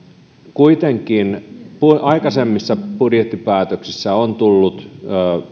kuitenkin aikaisemmissa budjettipäätöksissä on tullut